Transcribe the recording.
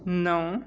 नौ